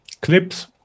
clips